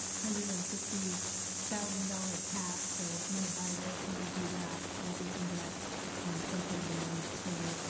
hundred and fifty thousand dollars cap so i'm gonna buy this, i'm gonna do that so that we can get something done. so,